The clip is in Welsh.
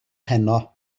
heno